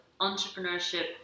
entrepreneurship